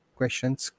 questions